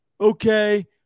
okay